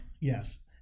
Yes